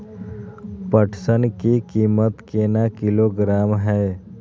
पटसन की कीमत केना किलोग्राम हय?